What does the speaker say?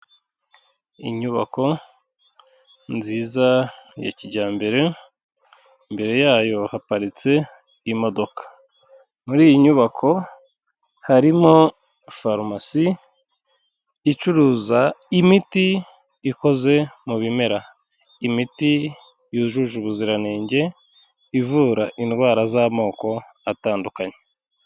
Inyubako nziza ya kijyambere, imbere yayo haparitse imodoka. Muri iyi nyubako harimo farumasi icuruza imiti ikoze mu bimera. Imiti yujuje ubuziranenge ivura indwara z'amoko atandukanye.